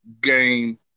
game